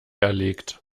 erlegt